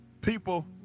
people